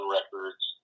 Records